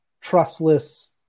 trustless